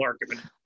argument